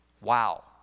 Wow